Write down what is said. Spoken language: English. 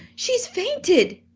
she has fainted!